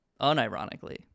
unironically